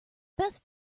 best